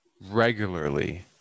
regularly